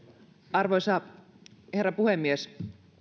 arvoisa herra puhemies